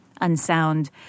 unsound